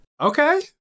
Okay